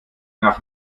ach